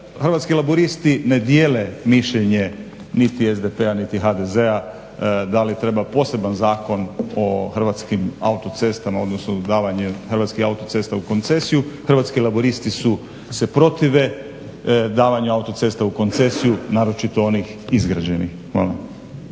Hrvatski laburisti ne dijele mišljenje niti SDP-a, niti HDZ-a da li treba poseban zakon o Hrvatskim autocestama, odnosno davanje Hrvatskih autocesta u koncesiju. Hrvatski laburisti se protive davanju autocesta u koncesiju naročito onih izgrađenih. Hvala.